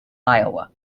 iowa